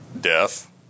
death